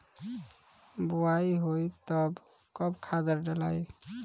बोआई होई तब कब खादार डालाई?